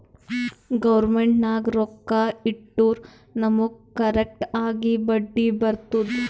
government ನಾಗ್ ರೊಕ್ಕಾ ಇಟ್ಟುರ್ ನಮುಗ್ ಕರೆಕ್ಟ್ ಆಗಿ ಬಡ್ಡಿ ಬರ್ತುದ್